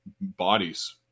bodies